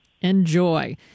Enjoy